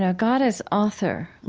ah god as author.